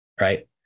right